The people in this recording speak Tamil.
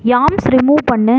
யாம்ஸ் ரிமூவ் பண்ணு